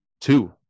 two